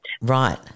Right